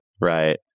right